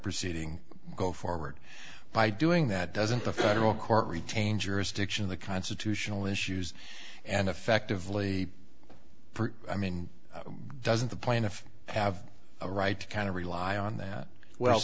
proceeding go forward by doing that doesn't the federal court retain jurisdiction the constitutional issues and effectively i mean doesn't the plaintiff have a right to kind of rely on that well